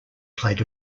played